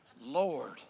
Lord